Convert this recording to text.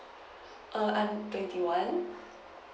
err I'm twenty one